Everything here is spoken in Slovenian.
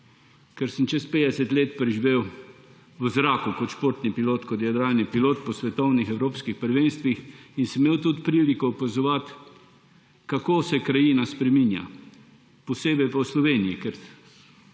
ker sem čez 50 let preživel v zraku kot športni pilot, kot jadralni pilot po svetovnih, evropskih prvenstvih in sem imel tudi priliko opazovati, kako se krajina spreminja; posebej pa v Sloveniji, ker